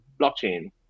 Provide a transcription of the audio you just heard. blockchain